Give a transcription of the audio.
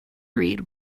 read